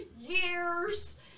years